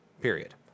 Period